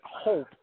hope